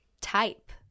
type